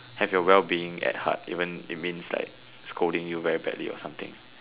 have your well-being at heart even it means like scolding you badly or something